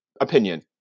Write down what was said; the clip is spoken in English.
opinion